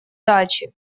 дачи